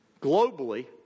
globally